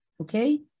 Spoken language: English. okay